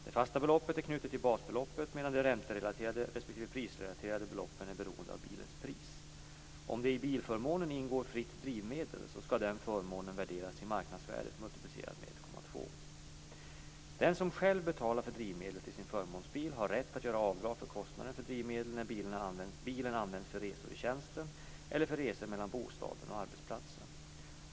Det fasta beloppet är knutet till basbeloppet medan de ränterelaterade respektive prisrelaterade beloppen är beroende av bilens pris. Om det i bilförmånen ingår fritt drivmedel skall den förmånen värderas till marknadsvärdet multiplicerat med 1,2. Den som själv betalar för drivmedlet till sin förmånsbil har rätt att göra avdrag för kostnaderna för drivmedel när bilen används för resor i tjänsten eller för resor mellan bostaden och arbetsplatsen.